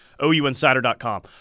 OUinsider.com